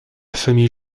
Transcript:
famille